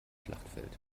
schlachtfeld